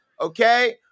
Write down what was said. Okay